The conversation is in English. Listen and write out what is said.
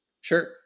sure